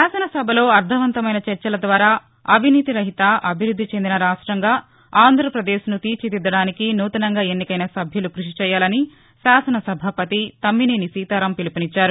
శాసనసభలో అర్ధవంతమైన చర్చలద్వారా అవినీతి రహిత అభివృద్ధి చెందిన రాష్ట్రంగా ఆంధ్రపదేశ్ను తీర్చిదిద్దడానికి నూతనంగా ఎన్నికైన సభ్యులు కృషి చేయాలని శాసనసభాపతి తమ్మినేని సీతారాం పిలుపునిచ్చారు